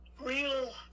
real